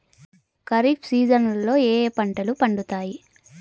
ఖరీఫ్ సీజన్లలో ఏ ఏ పంటలు పండుతాయి